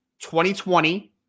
2020